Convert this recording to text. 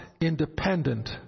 independent